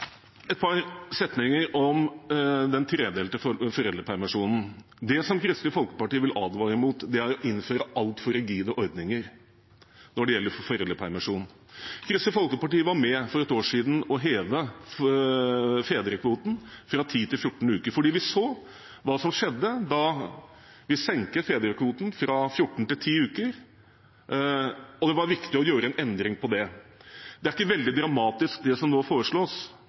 et par setninger om den tredelte foreldrepermisjonen. Det som Kristelig Folkeparti vil advare mot, er å innføre altfor rigide ordninger når det gjelder foreldrepermisjon. Kristelig Folkeparti var for et år siden med på å heve fedrekvoten fra 10 til 14 uker, for vi så hva som skjedde da vi senket fedrekvoten fra 14 til 10 uker, og det var viktig å gjøre en endring på det. Det er ikke veldig dramatisk, det som nå foreslås,